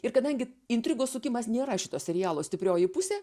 ir kadangi intrigos sukimas nėra šito serialo stiprioji pusė